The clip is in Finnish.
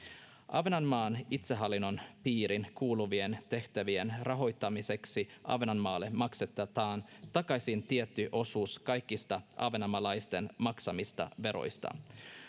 ahvenanmaan itsehallinnon piiriin kuuluvien tehtävien rahoittamiseksi ahvenanmaalle maksetaan takaisin tietty osuus kaikista ahvenanmaalaisten maksamista veroista